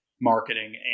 marketing